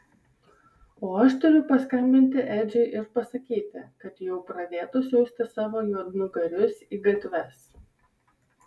o aš turiu paskambinti edžiui ir pasakyti kad jau pradėtų siųsti savo juodnugarius į gatves